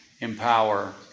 empower